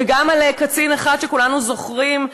וגם על קצין אחד שכולנו זוכרים,